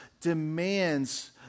demands